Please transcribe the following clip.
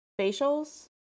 facials